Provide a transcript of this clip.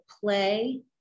play